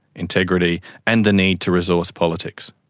integrity and the need to resource politics.